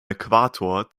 äquator